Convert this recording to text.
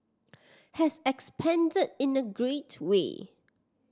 has expanded in a great way